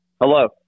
Hello